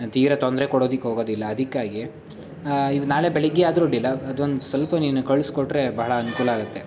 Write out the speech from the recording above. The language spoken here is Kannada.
ತೀರಾ ತೊಂದರೆ ಕೊಡೋದಕ್ಕೆ ಹೋಗೋದಿಲ್ಲ ಅದಕ್ಕಾಗಿ ಈಗ ನಾಳೆ ಬೆಳಿಗ್ಗೆ ಆದರೂ ಅಡ್ಡಿಯಿಲ್ಲ ಅದೊಂದು ಸ್ವಲ್ಪ ನೀನು ಕಳಿಸ್ಕೊಟ್ರೆ ಬಹಳ ಅನುಕೂಲ ಆಗುತ್ತೆ